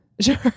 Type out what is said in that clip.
Sure